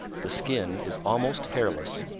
the skin is almost hairless.